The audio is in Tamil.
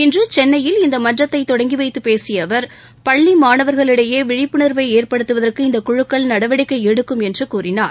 இன்று சென்னையில் இந்த மன்றத்தை தொடங்கி வைத்து பேசிய அவர் பள்ளி மாணவர்களிடையே விழிப்புணர்வை ஏற்படுத்துவதற்கு இந்த குழுக்கள் நடவடிக்கை எடுக்கும் என்று கூறினார்